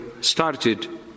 started